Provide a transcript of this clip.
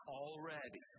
already